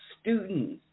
students